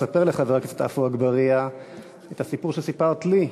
לספר לחבר הכנסת עפו אגבאריה את הסיפור שסיפרת לי?